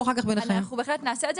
כך נעשה,